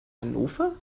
hannover